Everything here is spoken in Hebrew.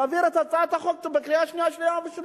להעביר את הצעת החוק בקריאה שנייה ובשלישית.